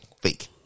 fake